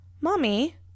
mommy